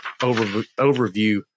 overview